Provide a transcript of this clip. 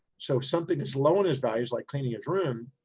so if something is low on his values, like cleaning his room,